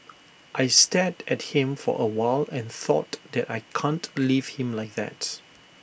I stared at him for A while and thought that I can't leave him like that